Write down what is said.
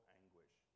anguish